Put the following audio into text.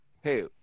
Hey